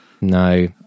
No